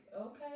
okay